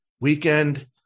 weekend